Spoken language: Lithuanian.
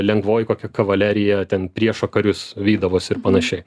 lengvoji kokia kavalerija ten priešo karius vydavos ir panašiai